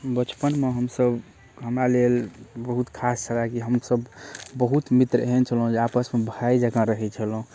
बचपनमे हम सभ हमरा लेल बहुत खास रहै कि हम सभ बहुत मित्र एहन छलहुँ जे आपसमे भाय जकाँ रहै छलहुँ